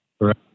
Right